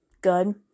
good